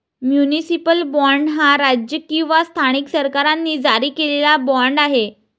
municipal bond हा राज्य किंवा स्थानिक सरकारांनी जारी केलेला बाँड आहे